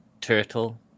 turtle